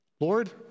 Lord